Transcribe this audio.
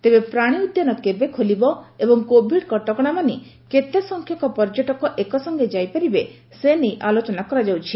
ତେବେ ପ୍ରାଶୀ ଉଦ୍ୟାନ କେବେ ଖାଲିବ ଏବଂ କୋଭିଡ୍ କଟକଶା ମାନି କେତେ ସଂଖ୍ୟକ ପଯ୍ୟଟକ ଏକ ସଙେ ଯାଇପାରିବେ ସେ ସେ ଆଲୋଚନା କରାଯାଉଛି